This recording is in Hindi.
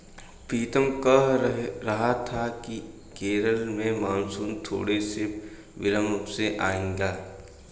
पीतम कह रहा था कि केरल में मॉनसून थोड़े से विलंब से आएगा